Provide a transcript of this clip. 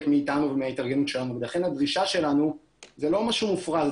מאיתנו ומההתארגנות שלנו ולכן הדרישה שלנו זה לא משהו מופרז,